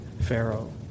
Pharaoh